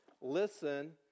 listen